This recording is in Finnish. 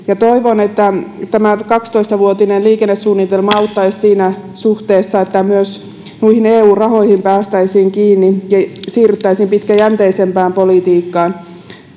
ja toivon että tämä kaksitoista vuotinen liikennesuunnitelma auttaisi siinä suhteessa että myös muihin eu rahoihin päästäisiin kiinni ja siirryttäisiin pitkäjänteisempään politiikkaan